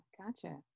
gotcha